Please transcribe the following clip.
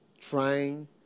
Trying